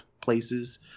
places